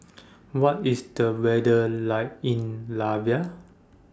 What IS The weather like in Latvia